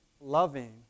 loving